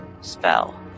spell